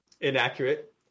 inaccurate